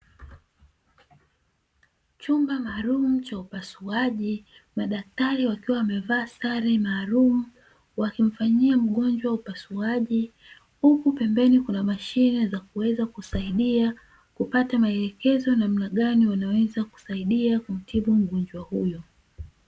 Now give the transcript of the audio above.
Chumba maalumu cha upasuaji, madaktari wakiwa wamevalia sare wakimfanyia mgonjwa upasuaji na pembeni kupata maelekezo namna gani wanaweza kumtibu mgonjwa huyo.